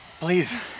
please